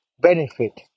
benefit